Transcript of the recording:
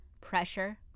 pressure